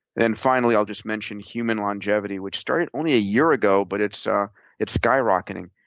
then finally, i'll just mention human longevity, which started only a year ago, but it's ah it's skyrocketing.